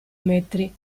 metri